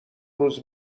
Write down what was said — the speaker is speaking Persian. روز